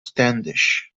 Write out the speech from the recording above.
standish